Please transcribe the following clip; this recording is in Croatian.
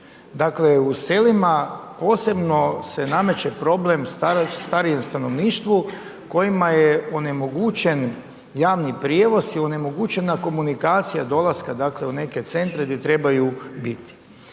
Dakle, u selima, posebno se nameće problem starijem stanovništvu, kojima je onemogućen javni prijevoz i onemogućena komunikacija dolaska u neke centre, gdje trebaju biti.